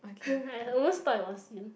I almost thought it was you